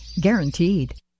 Guaranteed